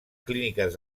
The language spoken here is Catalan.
clíniques